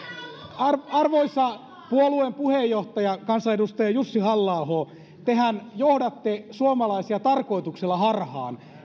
arvoisa puolueen puheenjohtaja kansanedustaja jussi halla aho tehän johdatte suomalaisia tarkoituksella harhaan